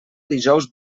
dijous